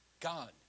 God